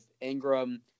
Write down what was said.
Ingram